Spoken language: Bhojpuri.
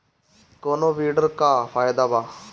कौनो वीडर के का फायदा बा?